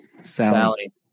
Sally